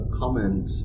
comment